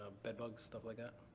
bedbugs, stuff like that.